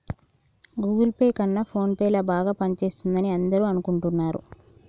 Google Pay కన్నా PhonePe ల బాగా పనిచేస్తుందని అందరూ అనుకుంటున్నారు